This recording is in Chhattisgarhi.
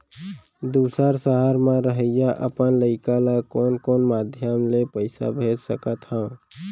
दूसर सहर म रहइया अपन लइका ला कोन कोन माधयम ले पइसा भेज सकत हव?